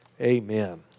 amen